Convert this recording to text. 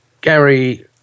Gary